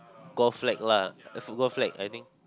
golf flag lah golf flag I think